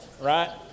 right